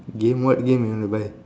game what game you want to buy